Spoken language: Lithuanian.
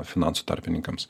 finansų tarpininkams